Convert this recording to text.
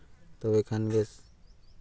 ᱛᱚᱵᱮ ᱠᱷᱟᱱᱜᱮ